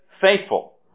faithful